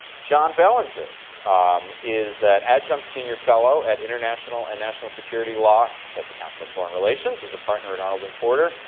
john bellinger um is an adjunct senior fellow at international and national security law at the council on foreign relations. he's a partner at arnold and porter.